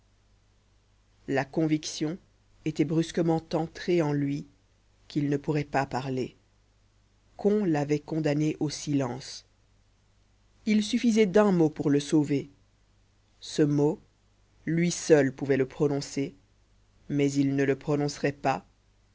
la conviction était brusquement entrée en lui qu'il ne pourrait pas parler qu'on l'avait condamné au silence il suffisait d'un mot pour le sauver ce mot lui seul pouvait le prononcer mais il ne le prononcerait pas